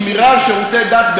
שמירה על שירותי דת,